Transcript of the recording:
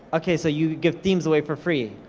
okay, so you give themes away for free?